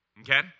Okay